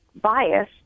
bias